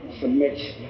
submit